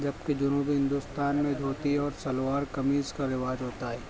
جب کہ جنوبی ہندوستان میں دھوتی اور شلوار قمیص کا رواج ہوتا ہے